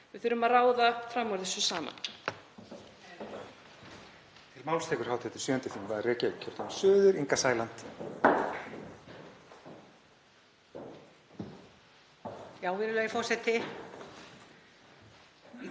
Við þurfum að ráða fram úr þessu saman.